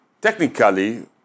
Technically